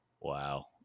Wow